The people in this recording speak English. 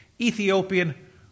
Ethiopian